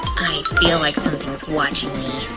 i feel like somethings watching